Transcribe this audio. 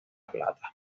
plata